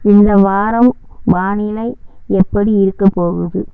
இந்த வாரம் வானிலை எப்படி இருக்கப் போகுது